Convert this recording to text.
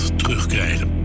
terugkrijgen